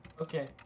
okay